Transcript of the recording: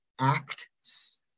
acts